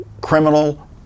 criminal